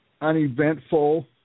uneventful